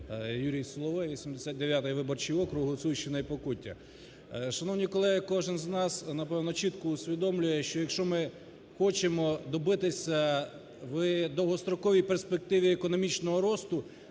Юрій Соловей, 89 виборчий округ, Гуцульщина і Покуття. Шановні колеги! Кожен з нас, напевно, чітко усвідомлює, що якщо ми хочемо добитись в довгостроковій перспективі економічного росту,